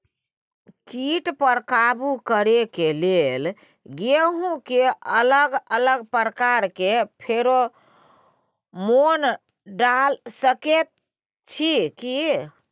कीट पर काबू करे के लेल गेहूं के अलग अलग प्रकार के फेरोमोन डाल सकेत छी की?